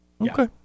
Okay